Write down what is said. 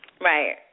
Right